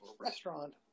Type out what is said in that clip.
restaurant